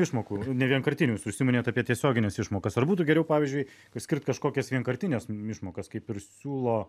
išmokų nevienkartinių jūs užsiminėt apie tiesiogines išmokas ar būtų geriau pavyzdžiui išskirt kažkokias vienkartines išmokas kaip ir siūlo